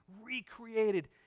recreated